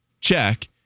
Check